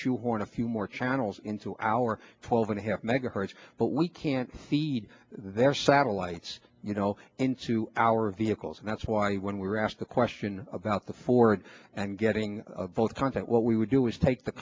shoehorn a few more channels into our twelve and a half megahertz but we can't see their satellites you know into our vehicles and that's why when we were asked the question about the ford and getting both times what we would do is take the